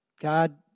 God